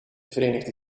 verenigde